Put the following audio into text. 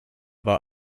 war